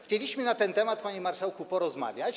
Chcieliśmy na ten temat, panie marszałku, porozmawiać.